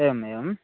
एवम् एवं